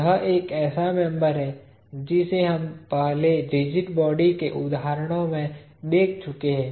यह एक ऐसा मेंबर है जिसे हम पहले रिजिड बॉडी के उदाहरणों में देख चुके हैं